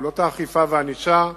פעולות האכיפה והענישה,